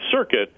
Circuit